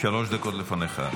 שלוש דקות לפניך.